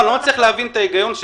אני לא מצליח להבין את ההיגיון,